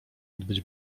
odbyć